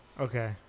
Okay